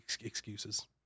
excuses